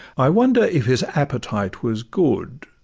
i wonder if his appetite was good?